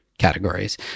categories